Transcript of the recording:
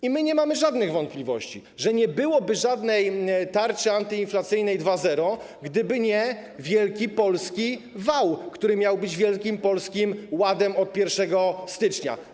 I my nie mamy żadnych wątpliwości, że nie byłoby żadnej tarczy antyinflacyjnej 2.0, gdyby nie wielki polski wał, który miał być wielkim Polskim Ładem od 1 stycznia.